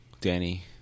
Danny